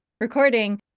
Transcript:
recording